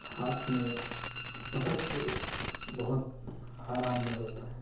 ہاتھ میں پکڑ کے بہت آرام دہ ہوتا ہے